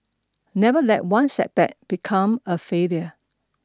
never let one setback become a failure